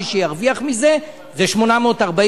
מי שירוויח מזה זה 840,